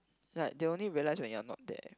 like they only realise when you are not there